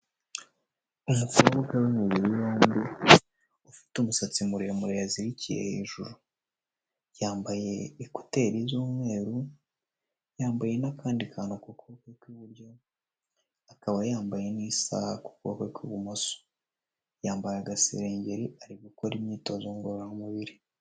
Umukobwa w'imubiri yombi, ufite umusatsi muremure yazirikiye hejuru, yambaye ekuteri z'umweru, yambaye n'akandi kantu ku kuboko kw'iburyo, akaba yambaye n'isaha ku kuboko kwe kw'ibumoso. Yambaye agasengeri, ari gukora imyitozo ngororamubiri.